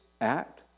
act